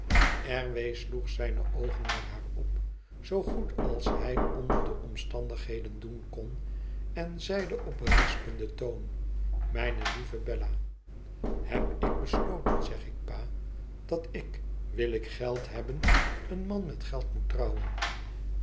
sloeg zijne oogen naar haar op zoo goed als hij onder de omstandigheden doen kon en zeide op berispenden toon mijne lieve beua heb ik besloten zeg ik pa dat ik wil ik geld hebben een man met geld moet trouwen